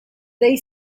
they